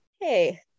hey